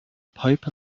pope